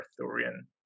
Arthurian